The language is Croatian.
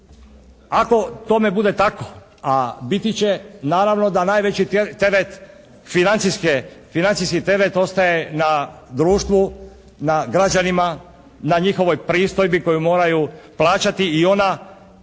Ako tome bude tako a biti će naravno da najveći financijski teret ostaje na društvu, na građanima, na njihovoj pristojbi koju moraju plaćati i ona